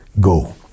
go